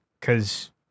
Cause